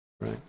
right